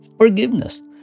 forgiveness